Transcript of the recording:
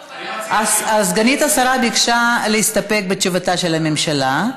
סגנית השר ביקשה להסתפק בתשובתה של הממשלה.